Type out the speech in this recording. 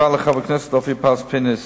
תשובות לחבר הכנסת אופיר פז-פינס.